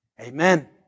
Amen